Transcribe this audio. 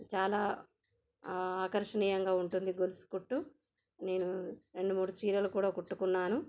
చాలా ఆకర్షణీయంగా ఉంటుంది గొలుసు కుట్టు నేను రెండు మూడు చీరలు కూడా కుట్టుకున్నాను